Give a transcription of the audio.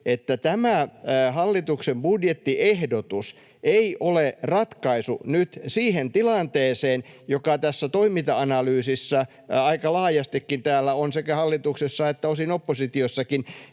että tämä hallituksen budjettiehdotus ei ole ratkaisu nyt siihen tilanteeseen, joka tässä toiminta-analyysissä aika laajastikin täällä on sekä hallituksessa että osin oppositiossakin